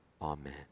Amen